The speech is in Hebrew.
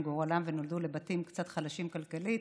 גורלם ונולדו לבתים קצת חלשים כלכלית.